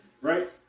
Right